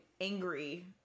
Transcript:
angry